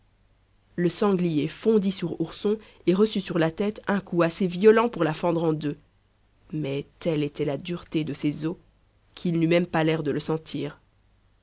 le sanglier fondit sur ourson et reçut sur la tête un coup assez violent pour la fendre en deux mais telle était la dureté de ses os qu'il n'eut même pas l'air de le sentir